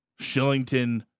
Shillington